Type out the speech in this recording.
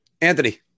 Anthony